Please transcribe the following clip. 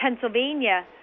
Pennsylvania